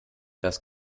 das